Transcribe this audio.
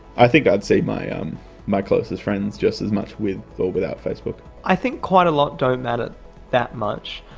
i think i'd see my um my closest friends just as much with or without facebook. i think quite a lot don't matter that much,